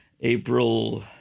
April